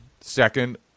second